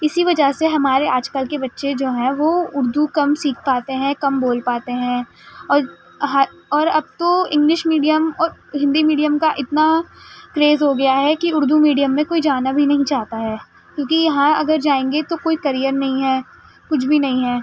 اسی وجہ سے ہمارے آج کل کے بچے جو ہیں وہ اردو کم سیکھ پاتے ہیں کم بول پاتے ہیں اور اور اب تو انگلش میڈیم اور ہندی میڈیم کا اتنا کریز ہو گیا ہے کہ اردو میڈیم میں کوئی جانا بھی نہیں چاہتا ہے کیوںکہ یہاں اگر جائیں گے تو کوئی کریئر نہیں ہے کچھ بھی نہیں ہے